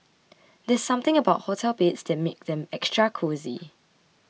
there's something about hotel beds that make them extra cosy